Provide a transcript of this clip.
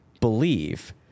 believe